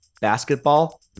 basketball